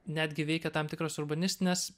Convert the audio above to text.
netgi veikia tam tikros urbanistinės